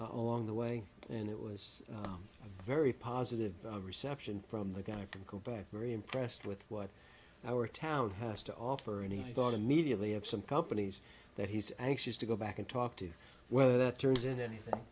along the way and it was a very positive reception from the guy from co back very impressed with what our town has to offer any i thought immediately of some companies that he's anxious to go back and talk to whether that turns into anything